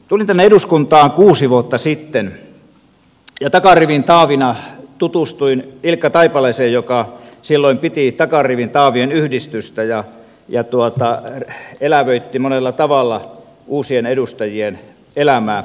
tulin tänne eduskuntaan kuusi vuotta sitten ja takarivin taavina tutustuin ilkka taipaleeseen joka silloin piti takarivin taavien yhdistystä ja elävöitti monella tavalla uusien edustajien elämää